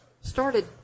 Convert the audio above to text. started